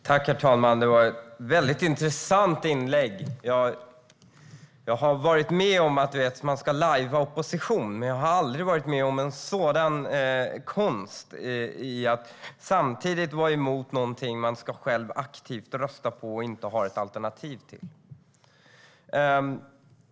Herr talman! Det var ett mycket intressant inlägg. Jag har varit med om att man ska lajva opposition. Men jag har aldrig varit med om en sådan konst i att samtidigt vara emot någonting som man själv aktivt ska rösta på och inte har ett alternativ till.